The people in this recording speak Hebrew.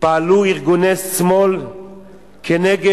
פעלו ארגוני שמאל כנגד